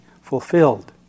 fulfilled